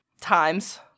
times